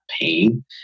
pain